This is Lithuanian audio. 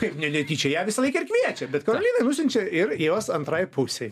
kaip ne netyčia ją visąlaik ir kviečia bet karolinai nusiunčia ir jos antrai pusei